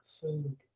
food